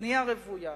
בנייה רוויה,